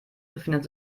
befindet